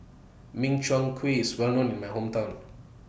Min Chiang Kueh IS Well known in My Hometown